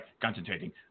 concentrating